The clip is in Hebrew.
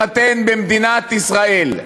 להתחתן במדינת ישראל.